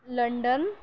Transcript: London